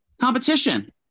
competition